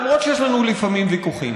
למרות שיש לנו לפעמים ויכוחים,